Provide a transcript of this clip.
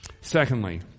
Secondly